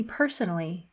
personally